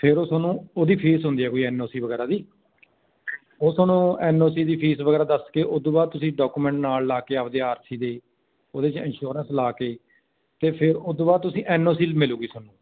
ਫਿਰ ਉਹ ਤੁਹਾਨੂੰ ਉਹਦੀ ਫੀਸ ਹੁੰਦੀ ਆ ਕੋਈ ਐੱਨ ਓ ਸੀ ਵਗੈਰਾ ਦੀ ਉਹ ਤੁਹਾਨੂੰ ਐੱਨ ਓ ਸੀ ਦੀ ਫੀਸ ਵਗੈਰਾ ਦੱਸ ਕੇ ਉਸਤੋਂ ਬਾਅਦ ਤੁਸੀਂ ਡਾਕੂਮੈਂਟ ਨਾਲ ਲਾ ਕੇ ਆਪਣੇ ਆਰ ਸੀ ਦੇ ਉਹਦੇ 'ਚ ਇਨਸ਼ੋਰੈਂਸ ਲਾ ਕੇ ਅਤੇ ਫਿਰ ਉਸ ਤੋਂ ਬਾਅਦ ਤੁਸੀਂ ਐੱਨ ਓ ਸੀ ਮਿਲੂਗੀ ਤੁਹਾਨੂੰ